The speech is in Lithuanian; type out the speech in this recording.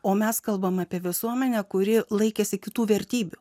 o mes kalbame apie visuomenę kuri laikėsi kitų vertybių